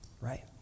right